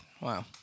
Wow